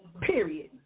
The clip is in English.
Period